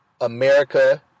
America